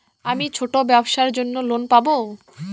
আমি ছোট ব্যবসার জন্য লোন পাব?